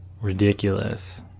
ridiculous